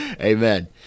Amen